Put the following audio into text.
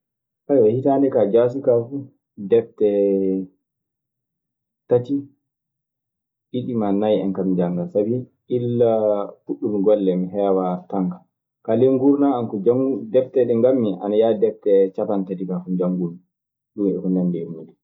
hitaande kaa jaasi kaa fu, defte tati, ɗiɗi, maa nay en kaa, mi janngan, sabi illa ouɗɗumi golle mi heewaa tan kaa. Kaa ley nguurndan an, defte ɗe ngaɗmi ana yaha defte capanɗe tati kaa ko njanngumi. Ɗun e ko nanndi e muuɗun.